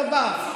לא השגתם דבר.